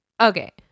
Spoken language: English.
Okay